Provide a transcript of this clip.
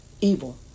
evil